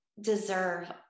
deserve